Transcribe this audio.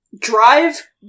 Drive